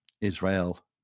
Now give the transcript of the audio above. Israel